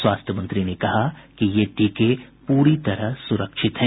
स्वास्थ्य मंत्री ने कहा कि ये टीके पूरी तरह से सुरक्षित हैं